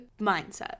mindset